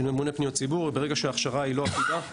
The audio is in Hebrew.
שממונה פניות ציבור נתקל בבעיה ברגע שההכשרה היא לא אחידה.